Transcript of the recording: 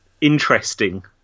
interesting